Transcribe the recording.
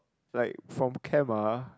like from camp ah